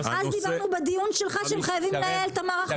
אז דיברנו בדיון שלך שחייבים לייעל את מערך העובדים.